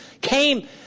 came